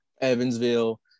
Evansville